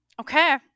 Okay